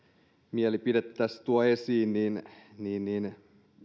mielipidettäni tässä tuon esiin niin niin